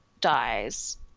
dies